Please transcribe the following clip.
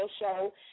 Show